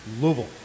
Louisville